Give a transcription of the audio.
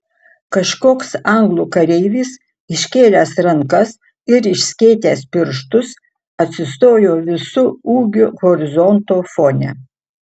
kažkoks anglų kareivis iškėlęs rankas ir išskėtęs pirštus atsistojo visu ūgiu horizonto fone